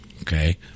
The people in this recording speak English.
okay